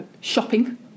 shopping